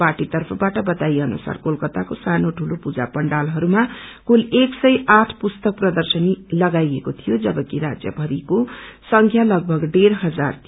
पार्टीतर्फवाट बताईए अनुार कोलकाताको सानो टूलो पूजा पण्डालहयमा कुल एक सय आठ पुस्तक प्रदेशनी लगाइएको थियो जबकि राज्य भरिको संख्या लगभग डेढ़ हजार थियो